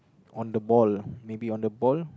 on the ball lah maybe on the ball